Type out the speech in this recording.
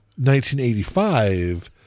1985